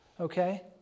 okay